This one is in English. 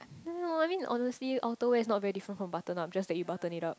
no no I mean honestly outerwear is not very different from button up just that you button it up